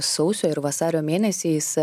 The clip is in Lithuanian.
sausio ir vasario mėnesiais